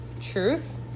truth